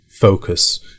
focus